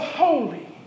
holy